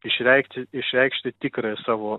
išreikti išreikšti tikrąją savo